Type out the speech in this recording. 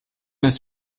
ist